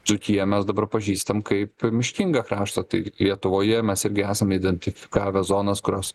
dzūkiją mes dabar pažįstam kaip miškingą kraštą tai lietuvoje mes irgi esame identifikavę zonas kurios